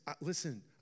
listen